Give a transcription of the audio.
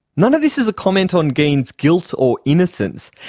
none of this is a comment on geen's guilt or innocence,